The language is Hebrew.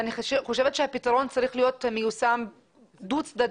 ואני חושבת שהפתרון צריך להיות מיושם דו-צדדית,